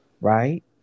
right